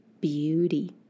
beauty